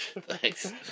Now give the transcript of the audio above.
Thanks